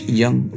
young